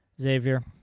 Xavier